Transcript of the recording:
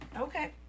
okay